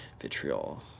vitriol